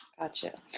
Gotcha